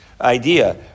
idea